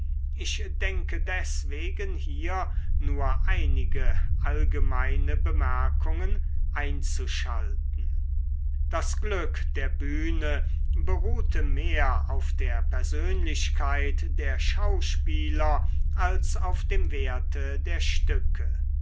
ich denke deswegen hier nur einige allgemeine bemerkungen einzuschalten das glück der bühne beruhte mehr auf der persönlichkeit der schauspieler als auf dem werte der stücke